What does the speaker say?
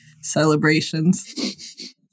celebrations